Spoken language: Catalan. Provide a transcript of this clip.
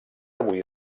avui